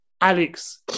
Alex